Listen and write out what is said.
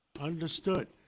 Understood